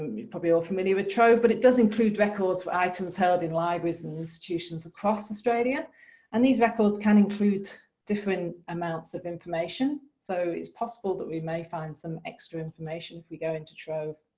um you probably all familiar with trove, but it does include records for items held in libraries and institutions across australia and these records can include different amounts of information. so it's possible that we may find some extra information if we go into trove.